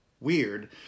weird